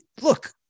look